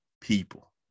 people